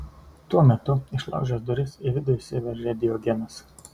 tuo metu išlaužęs duris į vidų įsiveržė diogenas